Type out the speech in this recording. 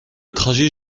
trajet